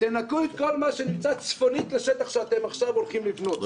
תנקו את כל מה שנמצא צפונית לשטח שאתם עכשיו הולכים לבנות בו,